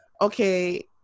okay